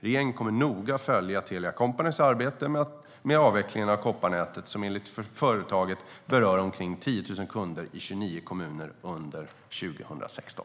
Regeringen kommer att noga följa Telia Companys arbete med avvecklingen av kopparnätet, som enligt företaget berör omkring 10 000 kunder i 29 kommuner under 2016.